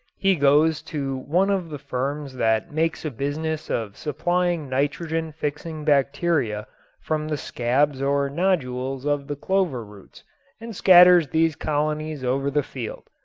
he goes to one of the firms that makes a business of supplying nitrogen-fixing bacteria from the scabs or nodules of the clover roots and scatters these colonies over the field.